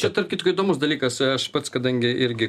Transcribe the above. čia tarp kitko įdomus dalykas aš pats kadangi irgi